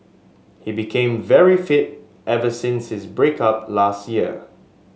he became very fit ever since his break up last year